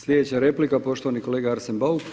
Sljedeća replika poštovani kolega Arsen Bauk.